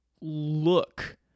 look